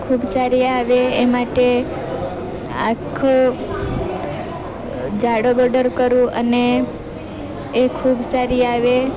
ખૂબ સારી આવે એ માટે આખું જાડો બોર્ડર કરું અને એ ખૂબ સારી આવે